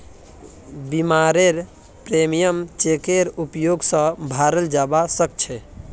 बीमारेर प्रीमियम चेकेर उपयोग स भराल जबा सक छे